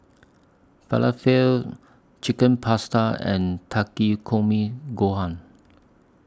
Falafel Chicken Pasta and Takikomi Gohan